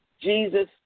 Jesus